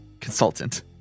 consultant